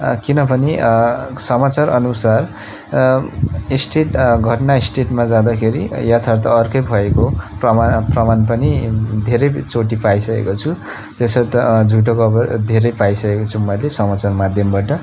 किनभने समाचारअनुसार स्थित घटनास्थलमा जाँदाखेरि यथार्थ अर्कै भएको प्रमा प्रमाण पनि धेरैचोटि पाइसकेको छु तसर्थ झुटो खबर धेरै पाइसकेको छु मैले समाचार माध्यमबाट